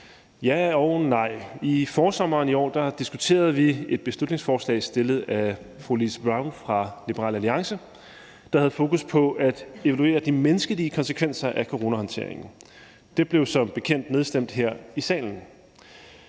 ja og nej. I forsommeren i år behandlede vi et beslutningsforslag fremsat af fru Louise Brown fra Liberal Alliance, der havde fokus på at evaluere de menneskelige konsekvenser af coronahåndteringen. Det blev som bekendt nedstemt her i salen.